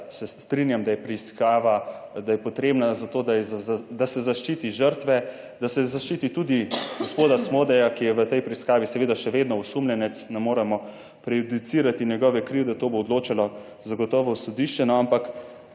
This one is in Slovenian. se strinjam, da je preiskava, da je potrebna za to, da je, da se zaščiti žrtve, da se zaščiti tudi gospoda Smodeja, ki je v tej preiskavi seveda še vedno osumljenec, ne moremo prejudicirati njegove krivde, to bo odločalo zagotovo sodišče, no,